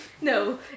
No